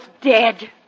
dead